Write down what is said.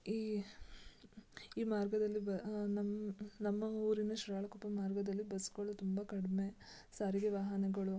ಈ ಈ ಮಾರ್ಗದಲ್ಲಿ ಬ ನಮ್ಮ ನಮ್ಮ ಊರಿನ ಶಿರಾಳಕೊಪ್ಪ ಮಾರ್ಗದಲ್ಲಿ ಬಸ್ಸುಗಳು ತುಂಬ ಕಡಿಮೆ ಸಾರಿಗೆ ವಾಹನಗಳು